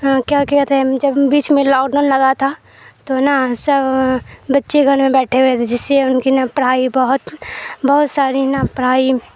کیا کیاتے ہیں جب بیچ میں لاک ڈاؤن لگا تھا تو نا سب بچے گھر میں بیٹھے ہوئے تھے جس سے ان کی نہ پڑھائی بہت بہت ساری نہ پڑھائی